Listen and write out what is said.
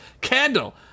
candle